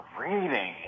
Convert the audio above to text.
reading